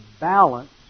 balance